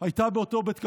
הייתה באותו בית קפה,